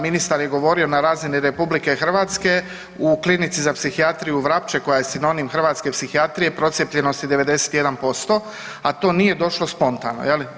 Ministar je govorio na razini RH u Klinici za psihijatriju Vrapče koja je sinonim hrvatske psihijatrije procijepljenost je 91%, a to nije došlo spontano je li.